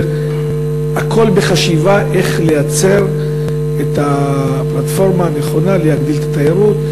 הכול בחשיבה איך לייצר את הפלטפורמה הנכונה להגדיל את התיירות.